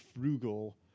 frugal